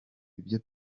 ibyo